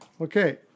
Okay